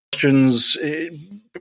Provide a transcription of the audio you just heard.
questions